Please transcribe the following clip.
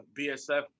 BSF